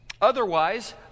otherwise